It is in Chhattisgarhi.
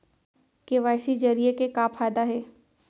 के.वाई.सी जरिए के का फायदा हे?